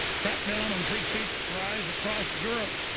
crackdown on free speech rise across europe